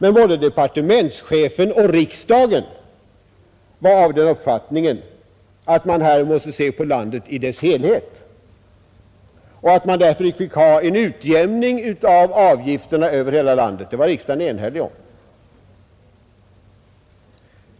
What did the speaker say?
Men både departementschefen och riksdagen var av den uppfattningen att man här måste se på landet i dess helhet och att man fick eftersträva en utjämning av avgifterna över hela landet. Det var riksdagen alltså enig om.